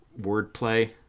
wordplay